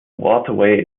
waterway